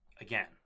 again